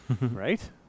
Right